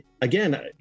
again